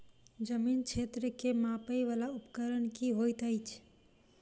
जमीन क्षेत्र केँ मापय वला उपकरण की होइत अछि?